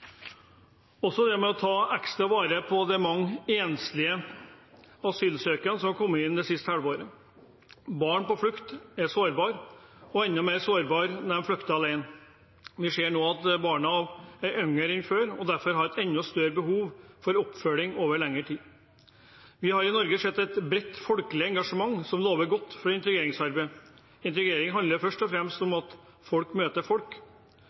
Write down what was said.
også å ta ekstra vare på de mange enslige mindreårige asylsøkerne som har kommet inn det siste halvåret. Barn på flukt er sårbare, og enda mer sårbare er de når de flykter alene. Vi ser nå at barna er yngre enn før, og derfor har et enda større behov for oppfølging over lengre tid. Vi har i Norge sett et bredt folkelig engasjement, som lover godt for integreringsarbeidet. Integrering handler først og fremst om at folk møter folk,